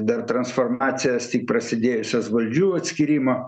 dar transformacijąs tik prasidėjusiąs valdžių atskyrimo